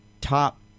top